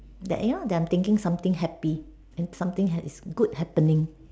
that you know that I'm thinking something happy and something had is good happening